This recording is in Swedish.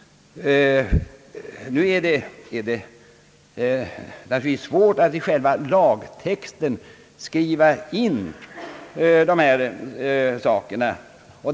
Det är svårt att i själva lagtexten skriva in dessa saker.